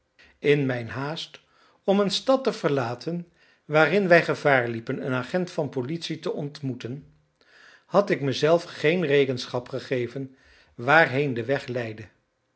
in mijn haast om een stad te verlaten waarin wij gevaar liepen een agent van politie te ontmoeten had ik mezelf geen rekenschap gegeven waarheen de weg leidde